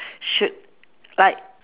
should like